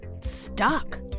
stuck